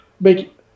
make